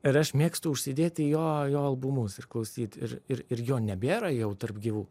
ir aš mėgstu užsidėti jo jo albumus ir klausyti ir ir ir jo nebėra jau tarp gyvų